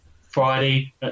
Friday